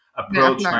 approach